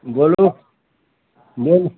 बोलू बोलू